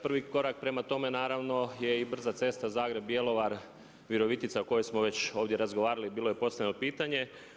Prvi korak prema tome naravno je i brza cesta Zagreb – Bjelovar – Virovitica o kojoj smo već ovdje razgovarali, bilo je postavljeno pitanje.